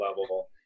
level